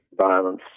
violence